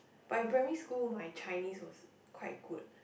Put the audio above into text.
but in primary school my Chinese was quite good